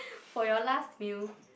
for your last meal